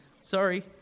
sorry